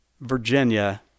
Virginia